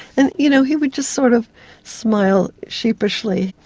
and you know he would just sort of smile sheepishly,